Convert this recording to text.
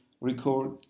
record